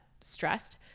stressed